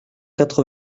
quatre